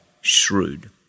shrewd